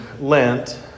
Lent